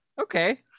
okay